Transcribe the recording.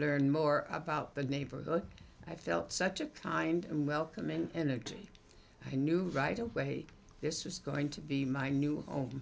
learn more about the neighborhood i felt such a kind and welcoming energy i knew right away this was going to be my new home